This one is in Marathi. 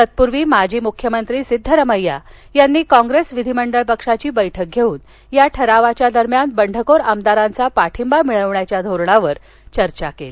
तत्पूर्वी माजी मुख्यंत्री सिद्दरामय्या यांनी काँप्रेस विधीमंडळ पक्षाची बैठक घेऊन या ठरावाच्या दरम्यान बंडखोर आमदारांचा पाठिंबा मिळवण्याच्या धोरणावर चर्चा केली